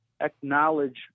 acknowledge